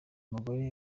mugore